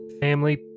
Family